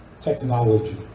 technology